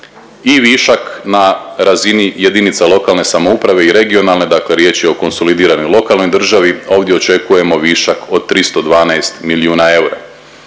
i višak na razini jedinica lokalne samouprave i regionalne, dakle riječ je konsolidiranoj lokalnoj državi ovdje očekujemo višak od 312 milijuna eura.